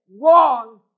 wrong